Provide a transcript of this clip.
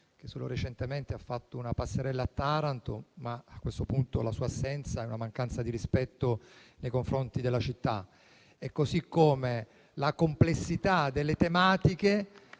che solo recentemente ha fatto una passerella a Taranto; a questo punto la sua assenza è una mancanza di rispetto nei confronti della città. La complessità delle tematiche